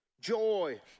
joy